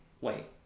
wait